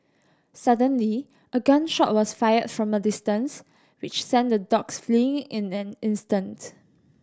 suddenly a gun shot was fired from a distance which sent the dogs fleeing in an instant